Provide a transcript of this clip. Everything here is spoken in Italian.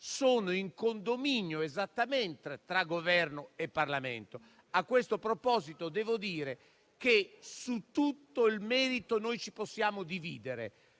sono in condominio esattamente tra Governo e Parlamento. A questo proposito, devo dire che su tutto il merito ci possiamo dividere,